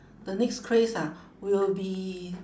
the next craze ah will be